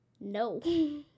No